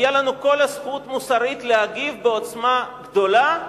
תהיה לנו כל הזכות המוסרית להגיב בעוצמה גדולה,